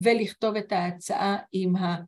ולכתוב את ההצעה עם ה